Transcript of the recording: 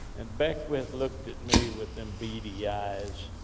and beckwith looked at me, with them beady eyes,